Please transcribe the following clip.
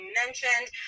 mentioned